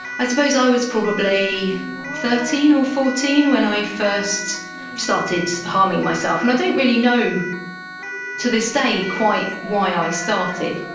i suppose i was probably thirteen or fourteen when i first started harming myself, and i don't really know to this day quite why i started.